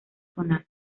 sonar